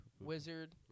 wizard